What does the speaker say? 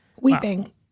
weeping